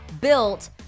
built